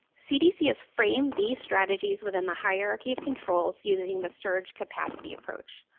cdc has framed these strategies within the hierarchy of controls, using the surge capacity approach.